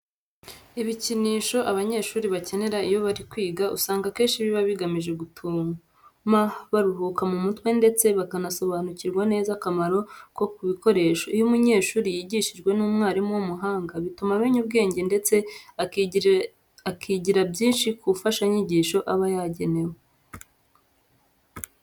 Ibikinisho abanyeshuri bakenera iyo bari kwiga usanga akenshi biba bigamije gutuma baruhuka mu mutwe ndetse bakanasobanukirwa neza akamaro ko kubikoresha. Iyo umunyeshuri yigishijwe n'umwarimu w'umuhanga bituma amenya ubwenge ndetse akigira byinshi ku mfashanyigisho aba yagenewe.